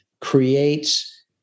creates